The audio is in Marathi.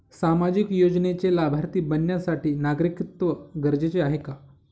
सामाजिक योजनेचे लाभार्थी बनण्यासाठी नागरिकत्व गरजेचे आहे का?